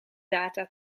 data